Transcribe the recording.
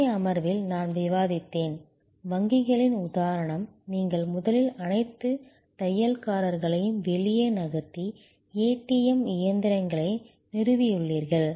முந்தைய அமர்வில் நான் விவாதித்தேன் வங்கிகளின் உதாரணம் நீங்கள் முதலில் அனைத்து தையல்காரர்களையும் வெளியே நகர்த்தி ஏடிஎம் இயந்திரங்களை நிறுவியுள்ளீர்கள்